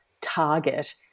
target